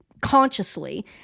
consciously